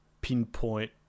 pinpoint